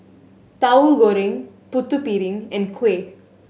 Tauhu Goreng Putu Piring and kuih